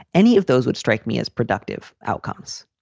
any of those would strike me as productive outcomes.